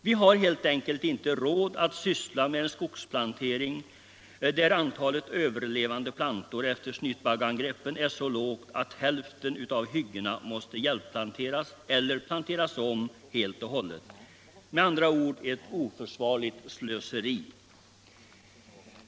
Vi har helt enkelt inte.råd att syssla med en skogsplanering där antalet överlevande plantor efter snytbaggeangreppen är så lågt att hälften av hyggena måste hjälpplanteras eller planteras om helt och hållet, med andra ord ett oförsvarligt slöseri.